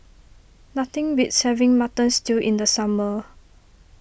nothing beats having Mutton Stew in the summer